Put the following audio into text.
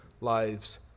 lives